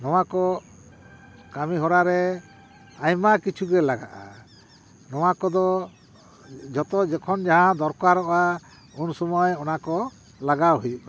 ᱱᱚᱶᱟ ᱠᱚ ᱠᱟᱹᱢᱤ ᱦᱚᱨᱟ ᱨᱮ ᱟᱭᱢᱟ ᱠᱤᱪᱷᱩᱜᱮ ᱞᱟᱜᱟᱜᱼᱟ ᱱᱚᱶᱟ ᱠᱚᱫᱚ ᱡᱷᱚᱛᱚ ᱡᱚᱠᱷᱚᱱ ᱡᱟᱦᱟᱸ ᱫᱚᱨᱠᱟᱨᱚᱜᱼᱟ ᱩᱱᱥᱚᱢᱚᱭ ᱚᱱᱟᱠᱚ ᱞᱟᱜᱟᱣ ᱦᱩᱭᱩᱜ ᱠᱟᱱᱟ